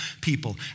people